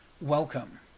welcome